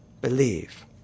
believe